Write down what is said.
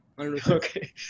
Okay